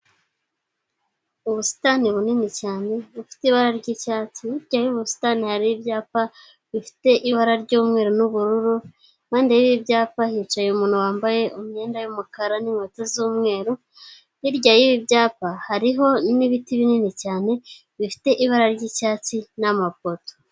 Ubusitani bunini cyane, bufite ibara ry'icyatsi, hirya y'ubu busitani hari ibyapa bifite ibara ry'umweru n'ubururu, kandi hirya y'ibyapa hicaye umuntu wambaye imyenda y'umukara n'inkweto z'umweru, hirya y'ibi byapa hariho n'ibiti binini cyane, bifite ibara ry'icyatsi n'amapoto.